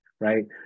right